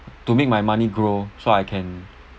to make my money grow so I can